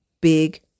big